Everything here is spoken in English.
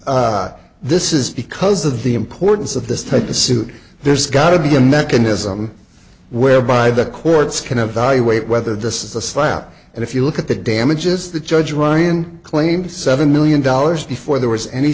question this is because of the importance of this type of suit there's got to be a mechanism whereby the courts can evaluate whether this is a slap and if you look at the damages the judge ryan claimed seven million dollars before there was any